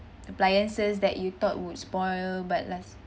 appliances that you thought would spoil but last